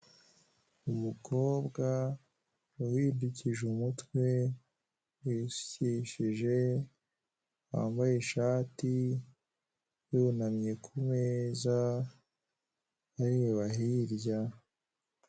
Umukobwa wahindukije umutwe, wisukishije wambaye ishati, yunamye ku meza, areba hirya.